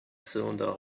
cylinder